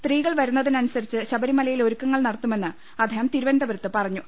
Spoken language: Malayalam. സ്ത്രീകൾ വരുന്നതനുസരിച്ച് ശബരിമലയിൽ ഒരുക്കങ്ങൾ നടത്തുമെന്ന് അദ്ദേഹം തിരുവനന്തപുരത്ത് പറഞ്ഞു